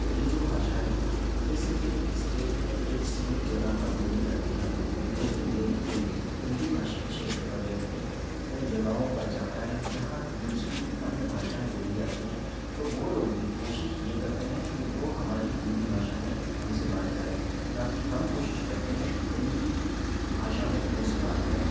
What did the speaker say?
ये जो भाषाएं हैं ये सिर्फ एक स्टेट में एक सीमित जगह पर बोली जाती हैं लेकिन यदि कोई हिंदी भाषी क्षेत्र का व्यक्ति उन जगहों पर जाता है जहाँ दूसरी अन्य भाषाएं बोली जाती हैं तो वो लोग भी कोशिश ये करते हैं कि वो हमारी हिंदी भाषा में हम से बात करें ना कि हम कोशिश करते हैं कि उनकी भाषा में उनसे बात करें